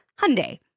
Hyundai